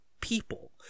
people